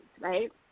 right